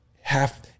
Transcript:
half